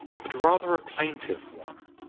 but rather a plaintive one.